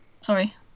Sorry